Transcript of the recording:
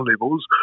levels